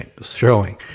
showing